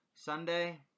Sunday